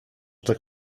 tak